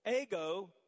Ego